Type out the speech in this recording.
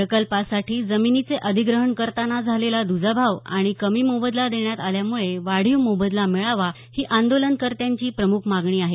प्रकल्पासाठी जमिनीचे अधिग्रहण करताना झालेला द्जाभाव आणि कमी मोबदला देण्यात आल्यामुळे वाढीव मोबदला मिळावा ही आंदोलन कर्त्याची प्रमुख मागणी आहे